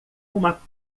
uma